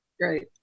great